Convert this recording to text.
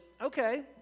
okay